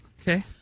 Okay